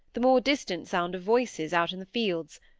the more distant sound of voices out in the fields,